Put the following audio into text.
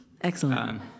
Excellent